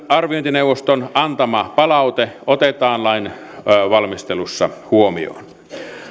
arviointineuvoston antama palaute otetaan lainvalmistelussa huomioon